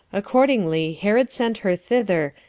accordingly herod sent her thither,